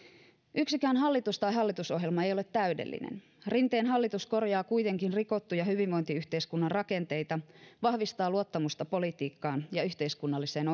yksikään hallitus tai hallitusohjelma ei ei ole täydellinen rinteen hallitus korjaa kuitenkin hyvinvointiyhteiskunnan rikottuja rakenteita vahvistaa luottamusta politiikkaan ja yhteiskunnalliseen